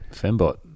fembot